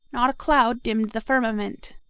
not a cloud dimmed the firmament.